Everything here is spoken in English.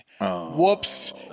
Whoops